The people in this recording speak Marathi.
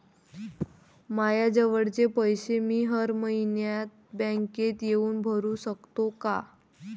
मायाजवळचे पैसे मी हर मइन्यात बँकेत येऊन भरू सकतो का?